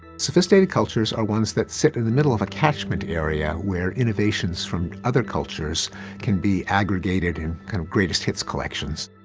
sophisticated cultures are ones that sit in the middle of a catchment area where innovations from other cultures can be aggregated in kind of greatest hits collections,